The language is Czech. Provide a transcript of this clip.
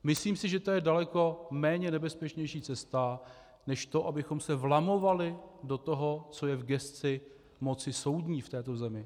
Myslím si, že to je daleko méně nebezpečná cesta než to, abychom se vlamovali do toho, co je v gesci moci soudní v této zemi.